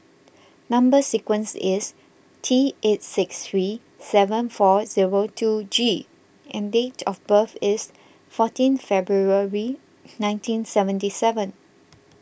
Number Sequence is T eight six three seven four zero two G and date of birth is fourteen February nineteen seventy seven